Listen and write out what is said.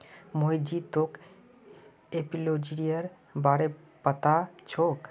मोहित जी तोक एपियोलॉजीर बारे पता छोक